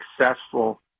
successful